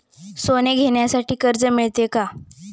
सोने घेण्यासाठी कर्ज मिळते का?